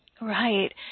Right